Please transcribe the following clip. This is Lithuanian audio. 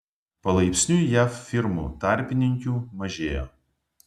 palaipsniui jav firmų tarpininkių mažėjo